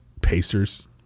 pacers